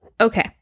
Okay